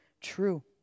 true